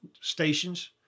stations